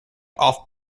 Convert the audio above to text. off